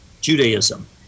Judaism